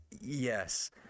Yes